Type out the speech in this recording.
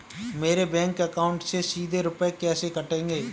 मेरे bank account से सीधे रुपए कैसे कटेंगे?